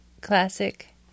classic